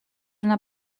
una